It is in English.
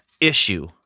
issue